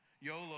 YOLO